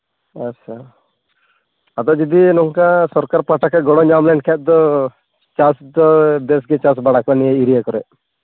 ᱟᱪᱪᱷᱟ ᱟᱫᱚ ᱡᱩᱫᱤ ᱱᱚᱝᱠᱟ ᱥᱚᱨᱠᱟᱨ ᱯᱟᱦᱴᱟ ᱠᱷᱚᱱ ᱜᱚᱲᱚ ᱧᱟᱢ ᱞᱮᱱᱠᱷᱟᱱ ᱫᱚ ᱪᱟᱥ ᱫᱚ ᱵᱮᱥ ᱜᱮ ᱪᱟᱥ ᱵᱟᱲᱟ ᱠᱚᱜᱼᱟ ᱱᱤᱭᱟᱹ ᱮᱨᱤᱭᱟ ᱠᱚᱨᱮ